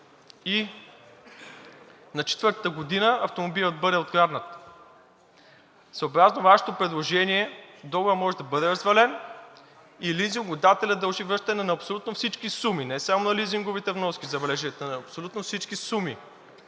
и на четвъртата година автомобилът бъде откраднат. Съобразно Вашето предложение, договорът може да бъде развален и лизингодателят дължи връщане на абсолютно всички суми – не само на лизинговите вноски, забележете, а на абсолютно всички суми,